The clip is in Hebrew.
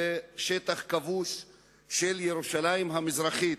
זה שטח כבוש של ירושלים המזרחית.